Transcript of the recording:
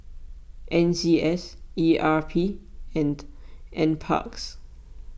N C S E R P and NParks